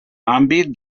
àmbit